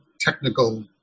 technical